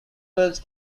wells